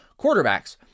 quarterbacks